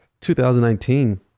2019